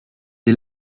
des